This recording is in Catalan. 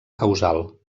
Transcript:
causal